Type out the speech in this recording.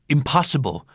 Impossible